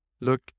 look